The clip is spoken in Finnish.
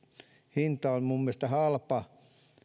hinta on minun mielestäni halpa